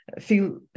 feel